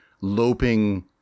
loping